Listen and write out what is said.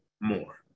more